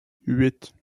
huit